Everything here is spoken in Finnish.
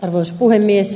arvoisa puhemies